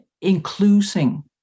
including